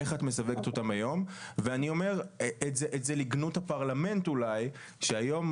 איך את מסווגת אותם היום ואני אומר את זה לגנות הפרלמנט אולי שהיום